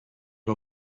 who